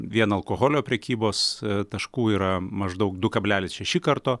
vien alkoholio prekybos taškų yra maždaug du kablelis šeši karto